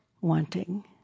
wanting